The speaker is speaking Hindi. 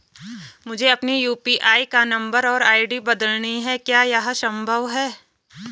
मुझे अपने यु.पी.आई का नम्बर और आई.डी बदलनी है क्या यह संभव है?